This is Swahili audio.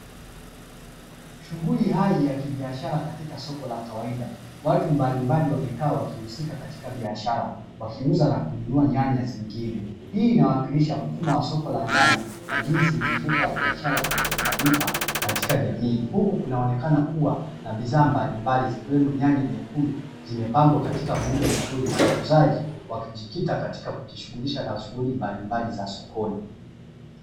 Shughuli hai ya kibiashara katika soko la kawaida watu mbalimbali wamekaa wakihusika katika biashara wakiuza na kununua nyanya zingine. Hii inawakilisha mfumo wa soko la ndani na jinsi mzunguko wa biashara unavyofanyika katika jamii. Huku kunaonekana kuwa na bidhaa mbalimbali zikiwemo, nyanya nyekundu zimepangwa katika muundo mzuri na wauzaji wakijikita katika kujishughulisha na shughuli mbalimbali za sokoni.